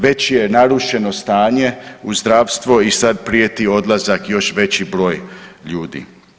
Već je narušeno stanje u zdravstvo i sad prijeti odlazak još veći broj ljudi.